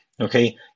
okay